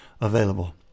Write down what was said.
available